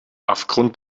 aufgrund